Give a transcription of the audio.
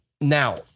Now